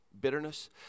bitterness